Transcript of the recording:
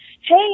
Hey